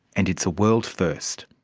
and it's a world first.